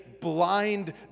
blind